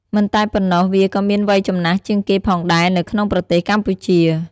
មិនតែប៉ុណ្ណោះ វាក៏មានវ័យចំណាស់ជាងគេផងដែរនៅក្នុងប្រទេសកម្ពុជា។